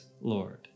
Lord